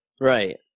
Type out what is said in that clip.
right